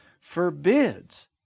forbids